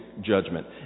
judgment